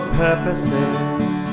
purposes